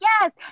yes